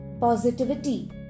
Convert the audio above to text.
Positivity